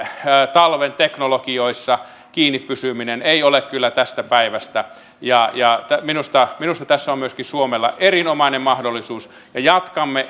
talven teknologioissa kiinni pysyminen ei ole kyllä tästä päivästä ja ja minusta minusta tässä on myöskin suomella erinomainen mahdollisuus jatkamme